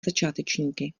začátečníky